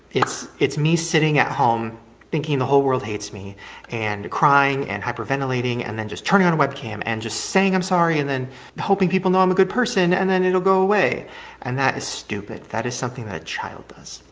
it's it's me sitting at home thinking the whole world hates me and crying and hyperventilating and then just turning on webcam and just saying i'm sorry and then hoping people know i'm a good person and then it'll go away and that is stupid, that is something that a child does,